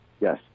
Yes